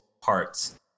parts